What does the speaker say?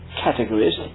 categories